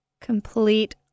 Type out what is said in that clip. Complete